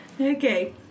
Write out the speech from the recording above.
okay